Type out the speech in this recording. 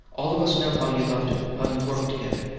all of us know how you loved him, how you worked together.